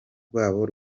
rwabo